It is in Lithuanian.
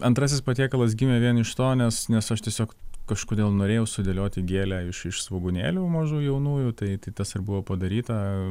antrasis patiekalas gimė vien iš to nes nes aš tiesiog kažkodėl norėjau sudėlioti gėlę iš iš svogūnėlių mažų jaunųjų tai tas ir buvo padaryta